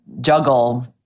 juggle